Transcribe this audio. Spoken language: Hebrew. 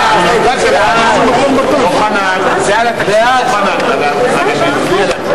ההסתייגות של קבוצת סיעת מרצ וקבוצת סיעת קדימה לשם החוק לא נתקבלה.